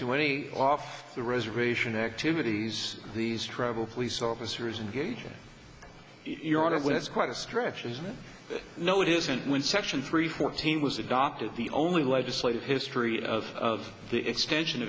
to any off the reservation activities these tribal police officers and gauging your honor when it's quite a stretch isn't it no it isn't when section three fourteen was adopted the only legislative history of the extension